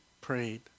prayed